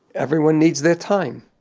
everyone needs their time.